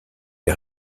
est